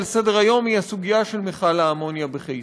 סדר-היום היא הסוגיה של מכל האמוניה בחיפה.